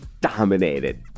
dominated